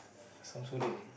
Shamsuddin